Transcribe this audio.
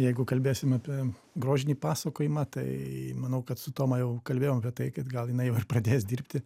jeigu kalbėsim apie grožinį pasakojimą tai manau kad su toma jau kalbėjom apie tai kad gal jinai jau ir pradės dirbti